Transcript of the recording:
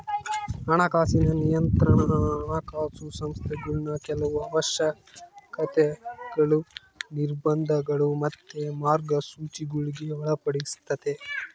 ಹಣಕಾಸಿನ ನಿಯಂತ್ರಣಾ ಹಣಕಾಸು ಸಂಸ್ಥೆಗುಳ್ನ ಕೆಲವು ಅವಶ್ಯಕತೆಗುಳು, ನಿರ್ಬಂಧಗುಳು ಮತ್ತೆ ಮಾರ್ಗಸೂಚಿಗುಳ್ಗೆ ಒಳಪಡಿಸ್ತತೆ